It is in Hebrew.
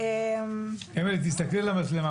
אנשים עם ידע,